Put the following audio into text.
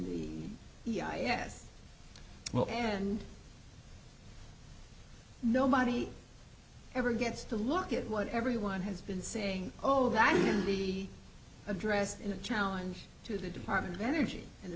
the yes well and nobody ever gets to look at what everyone has been saying oh that would be addressed in a challenge to the department of energy and the